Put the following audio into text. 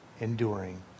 enduring